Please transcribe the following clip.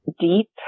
deep